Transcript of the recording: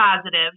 positive